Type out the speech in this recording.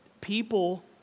People